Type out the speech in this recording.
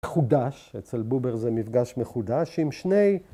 ‫מחודש, אצל בובר זה מפגש ‫מחודש עם שני...